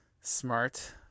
smart